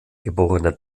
geborene